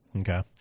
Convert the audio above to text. Okay